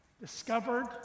discovered